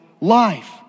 life